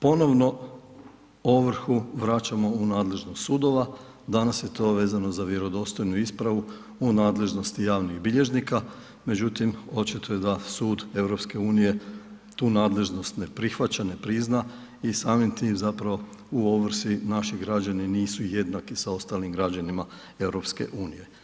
Ponovno ovrhu vraćamo u nadležnost sudova, danas je to vezano za vjerodostojnu ispravu u nadležnosti javnih bilježnika, međutim očito je da Sud EU tu nadležnost ne prihvaća, ne prizna i samim tim u ovrsi naši građani nisu jednaki sa ostalim građanima EU.